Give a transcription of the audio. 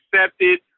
accepted